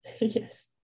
Yes